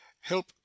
help